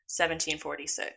1746